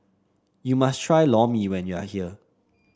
you must try Lor Mee when you are here